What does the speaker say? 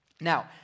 Now